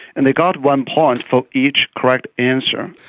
and they got one point for each correct answer.